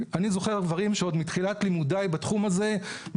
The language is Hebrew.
אני זוכר דברים שעוד מתחילת לימודיי בתחום הזה,